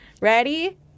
Ready